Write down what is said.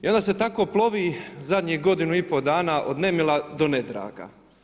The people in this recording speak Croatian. I onda se tako plovi zadnjih godinu i pol dana od nemila do nedraga.